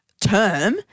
term